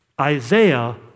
Isaiah